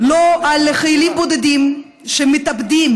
לא חיילים בודדים שמתאבדים,